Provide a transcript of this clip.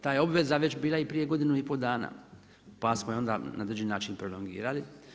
Ta je obveza već bila i prije godinu i pol dana, pa smo je onda na određeni način prolongirali.